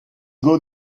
gode